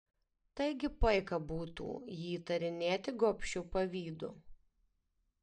taigi paika būtų jį įtarinėti gobšiu pavydu